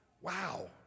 Wow